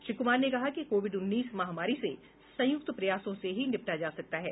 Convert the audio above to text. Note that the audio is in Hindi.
श्री कुमार ने कहा कि कोविड उन्नीस महामारी से संयुक्त प्रयासों से ही निपटा जा सकता है